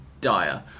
dire